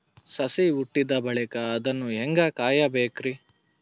ಸಸಿ ಹುಟ್ಟಿದ ಬಳಿಕ ಅದನ್ನು ಹೇಂಗ ಕಾಯಬೇಕಿರಿ?